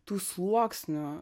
tų sluoksnių